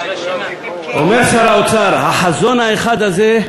אומר שר האוצר: "החזון האחד הזה,